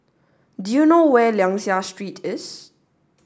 do you know where Liang Seah Street is